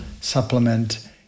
supplement